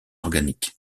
organique